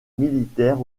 militaire